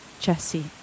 Jesse